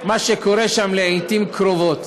מה שקורה שם לעתים קרובות.